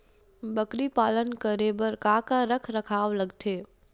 बकरी पालन करे बर काका रख रखाव लगथे?